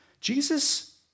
Jesus